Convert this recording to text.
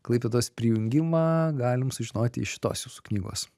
klaipėdos prijungimą galim sužinoti iš šitos jūsų knygos